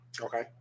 Okay